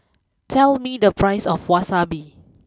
tell me the price of Wasabi